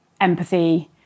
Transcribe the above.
empathy